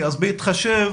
בהתחשב